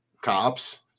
cops